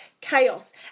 chaos